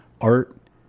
art